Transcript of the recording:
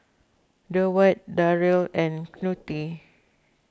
Durward Darryl and Knute